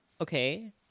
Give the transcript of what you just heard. Okay